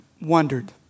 wondered